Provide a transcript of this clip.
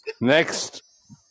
Next